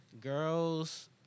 Girls